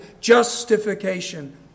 justification